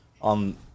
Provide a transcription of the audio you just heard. on